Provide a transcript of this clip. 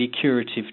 curative